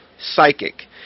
psychic